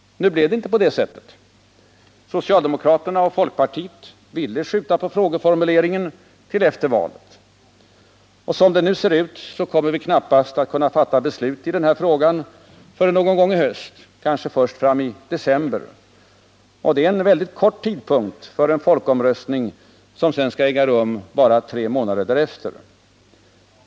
Nu blev det inte så. Socialdemokraterna och folkpartiet ville skjuta på frågeformuleringen till efter valet. Som det nu ser ut kommer vi knappast att kunna fatta beslut i frågan förrän någon gång i höst, kanske först i december. Det är en alltför sen tidpunkt för en folkomröstning som skall äga rum bara tre månader därefter.